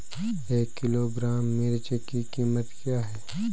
एक किलोग्राम मिर्च की कीमत क्या है?